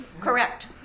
Correct